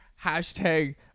hashtag